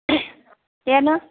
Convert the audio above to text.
ಏನು